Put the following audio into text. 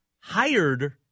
hired